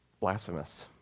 Blasphemous